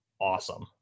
awesome